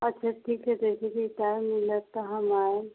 अच्छा ठीके छै देखैत छी टाइम मिलत तऽ हम आयब